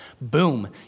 Boom